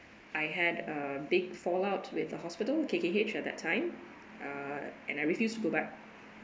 I had a big fallout with the hospital K_K_H at that time uh and I refused to go back